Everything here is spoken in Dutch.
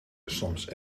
soms